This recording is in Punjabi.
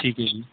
ਠੀਕ ਹੈ ਜੀ